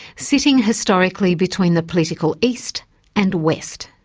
sitting historically between the political east and west.